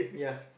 yeah